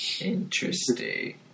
Interesting